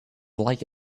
like